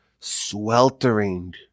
sweltering